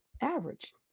average